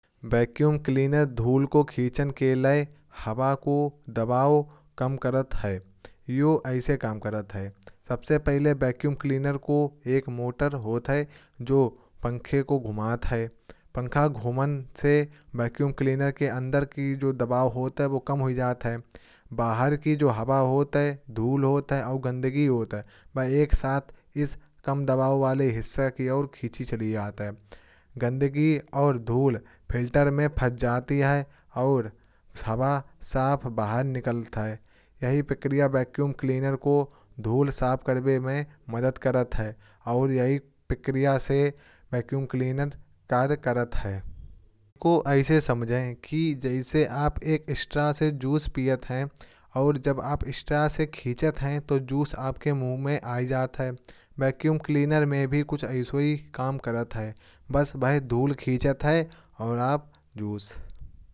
Vacuum cleaner धूल को खींचने के लिए हवा का दबाव कम करता है। और इस प्रक्रिया के ज़रिए काम करता है। इसका काम करने का तरीका समझना आसान है। सबसे पहले वैक्यूम क्लीनर के अंदर एक मोटर होती है। जो एक फैन को घुमाती है जब फैन घूमता है। तो वैक्यूम क्लीनर के अंदर का हवा का दबाव कम हो जाता है। इससे एक लो प्रेशर एरिया बनता है। बाहर की हवा जो धूल और गंदगी के साथ होती है। इस लो प्रेशर एरिया की तरफ खींच ली जाती है। धूल और गंदगी क्लीनर के फिल्टर में अटक जाती है। जबकि साफ हवा क्लीनर के पीछे से बाहर निकल जाती है। इस प्रक्रिया को हम स्ट्रॉ से जूस पीने के उदाहरण से समझ सकते हैं। जब आप स्ट्रॉ से खींचते हैं तो जूस आपके मुंह में आ जाता है। इसी तरह वैक्यूम क्लीनर भी धूल और गंदगी को खींचता है। फर्क सिर्फ इतना है कि वैक्यूम क्लीनर धूल खींचता है और आप जूस।